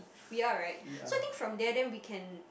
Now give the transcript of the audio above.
we are right so I think from there then we can